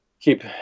keep